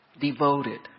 Devoted